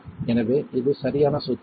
எனவே இது சரியான சூத்திரம்